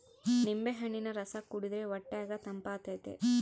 ನಿಂಬೆಹಣ್ಣಿನ ರಸ ಕುಡಿರ್ದೆ ಹೊಟ್ಯಗ ತಂಪಾತತೆ